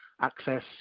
access